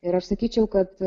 ir aš sakyčiau kad